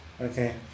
okay